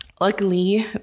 luckily